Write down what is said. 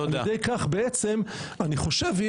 על ידי כך, אני חושב,